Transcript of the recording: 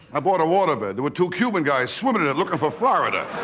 i bought a waterbed, there were two cuban guys swimmin' in it lookin' for florida.